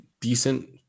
decent